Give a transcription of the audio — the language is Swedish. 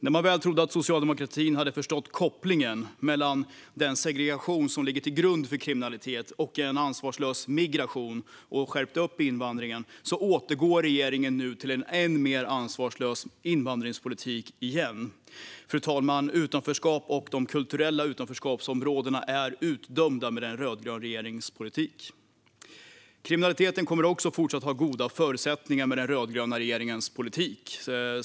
När man väl trodde att socialdemokratin hade förstått kopplingen mellan den segregation som ligger till grund för kriminalitet och en ansvarslös migration och skärpt upp invandringen återgår regeringen nu till en än mer ansvarslös invandringspolitik. Fru talman! De kulturella utanförskapsområdena är utdömda med en rödgrön regerings politik. Kriminaliteten kommer också fortsatt att ha goda förutsättningar med den rödgröna regeringens politik.